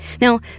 Now